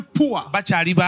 poor